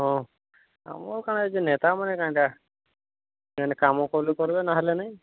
ହଉ ଆମର କାଣା ଅଛି ନେତା ମାନେ କେନ୍ତା କେନ୍ତ କାମ କଲେ କରିବେ ନହେଲେ ନାହିଁ